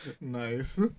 Nice